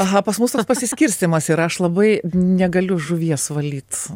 aha pas mus toks pasiskirstymas yra aš labai negaliu žuvies valyt